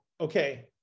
okay